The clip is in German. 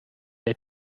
der